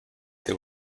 they